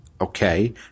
Okay